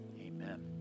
Amen